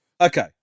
Okay